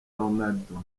ronaldo